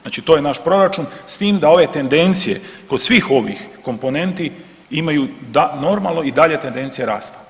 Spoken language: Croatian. Znači to je naš proračun s tim da ove tendencije kod svih ovih komponenti imaju normalno i dalje tendencije rasta.